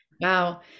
wow